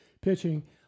pitching